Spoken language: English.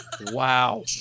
Wow